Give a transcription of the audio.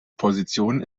position